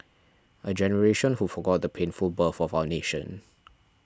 a generation who forgot the painful birth of our nation